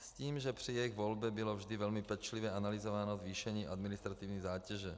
s tím, že při jejich volbě bylo vždy velmi pečlivě analyzováno zvýšení administrativní zátěže.